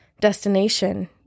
destination